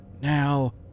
now